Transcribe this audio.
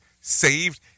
Saved